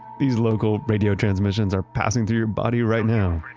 these local radio transmissions are passing through your body right now.